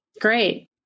Great